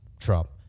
trump